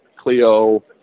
Clio